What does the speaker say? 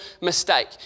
mistake